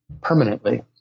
permanently